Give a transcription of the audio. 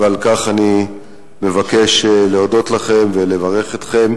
ועל כך אני מבקש להודות לכם ולברך אתכם.